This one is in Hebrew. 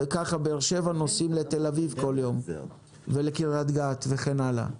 ומבאר שבע יש עובדים שנוסעים לתל אביב בכל יום ולקריית גת וכן הלאה.